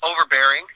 overbearing